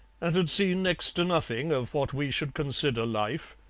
and had seen next to nothing of what we should consider life,